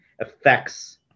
affects